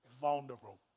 vulnerable